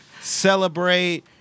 celebrate